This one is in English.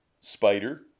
spider